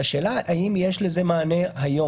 והשאלה היא האם יש לזה מענה היום.